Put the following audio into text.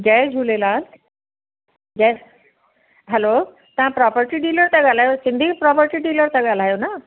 जय झूलेलाल जय हैलो तव्हां property dealer त ॻाल्हायो सिंधी प्रॉपर्टी डिलर त ॻाल्हायो न